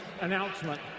announcement